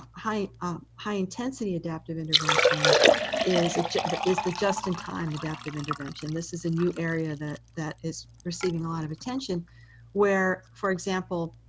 um high-intensity adaptive intervention is ah the is the just-in-time adaptive intervention. this is a new area that that is receiving a lot of attention where, for example,